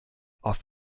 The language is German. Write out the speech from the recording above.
auf